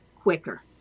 quicker